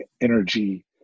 energy